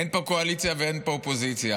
אין פה קואליציה ואין פה אופוזיציה.